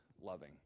loving